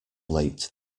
late